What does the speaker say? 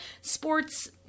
sports